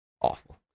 awful